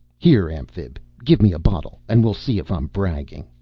here, amphib, give me a bottle, and we'll see if i'm bragging.